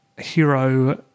hero